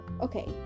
okay